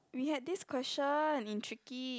we have this question in tricky